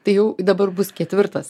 tai jau dabar bus ketvirtas